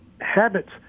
habits